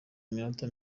iminota